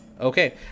Okay